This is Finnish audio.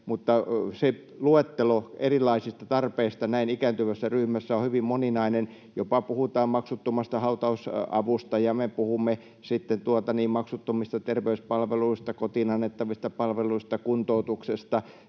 luettelo erilaisista tarpeista näin ikääntyvässä ryhmässä on hyvin moninainen, jopa puhutaan maksuttomasta hautausavusta ja maksuttomista terveyspalveluista, kotiin annettavista palveluista ja kuntoutuksesta,